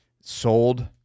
sold